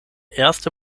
erste